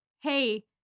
hey